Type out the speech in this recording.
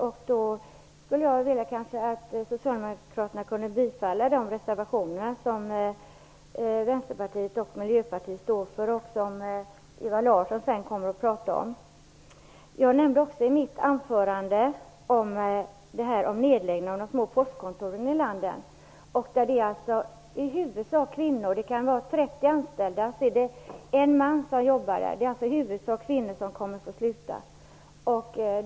Jag skulle vilja att Socialdemokraterna bifaller de reservationer som Vänsterpartiet och Miljöpartiet står bakom och som Ewa Larsson senare kommer att ta upp. I mitt anförande nämnde jag också nedläggningen av de små postkontoren i landet. I huvudsak är det kvinnor som arbetar på dessa kontor. Av trettio anställda kan det vara en man.